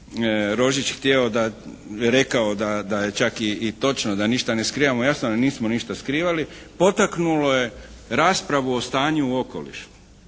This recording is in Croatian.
da, rekao da je čak i točno da ništa ne skrivamo, jasno da nismo ništa skrivali potaknulo je raspravu o stanju u okolišu.